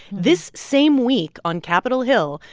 this same week on capitol hill,